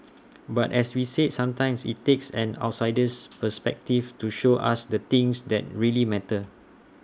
but as we said sometimes IT takes an outsider's perspective to show us the things that really matter